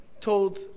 told